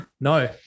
No